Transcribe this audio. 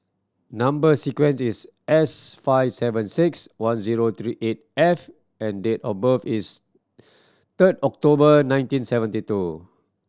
number sequence is S five seven six one zero three eight F and date of birth is third October nineteen seventy two